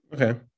Okay